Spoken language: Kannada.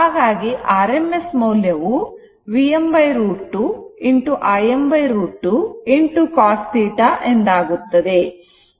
ಹಾಗಾಗಿ rms ಮೌಲ್ಯವು Vm √ 2 Im √ 2 cos θ ಎಂದಾಗುತ್ತದೆ